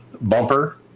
bumper